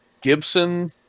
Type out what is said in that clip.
Gibson